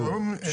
אוקיי.